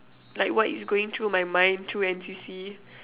like what is going to my mind through N_C_C